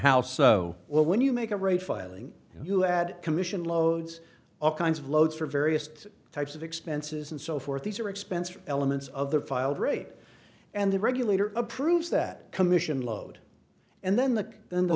how so well when you make a rate filing you add commission loads all kinds of loads for veriest types of expenses and so forth these are expensive elements of the filed rate and the regulator approves that commission load and then that then